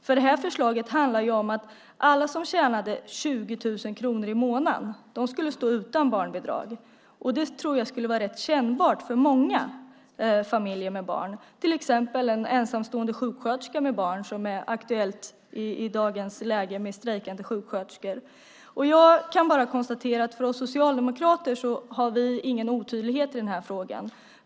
Förslaget handlade om att alla som tjänar 20 000 kronor i månaden skulle stå utan barnbidrag. Det tror jag skulle vara rätt kännbart för många familjer med barn, till exempel en ensamstående sjuksköterska med barn - aktuellt i dagens läge med strejkande sjuksköterskor. Jag kan bara konstatera att vi socialdemokrater inte har någon otydlighet i frågan.